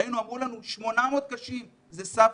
ראינו שאמרו לנו ש-800 חולים קשים זה סף